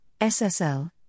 SSL